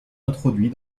introduit